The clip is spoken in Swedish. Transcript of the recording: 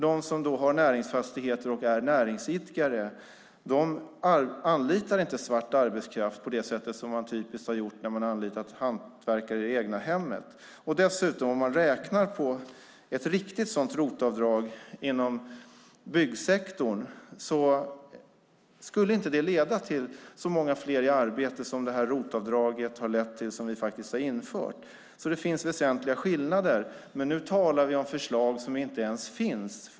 De som har näringsfastigheter och är näringsidkare anlitar inte svart arbetskraft på det sätt som man har gjort när man har anlitat hantverkare i det egna hemmet. Ett riktigt ROT-avdrag inom byggsektorn skulle inte leda till så många fler i arbete som det ROT-avdrag som vi har infört. Det finns alltså väsentliga skillnader. Nu talar vi om förslag som inte ens finns.